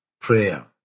Prayer